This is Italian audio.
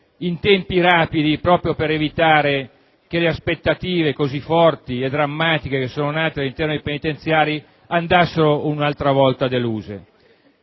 in tempi rapidi, proprio per evitare che le aspettative, così forti e drammatiche, nate all'interno dei penitenziari, andassero nuovamente deluse.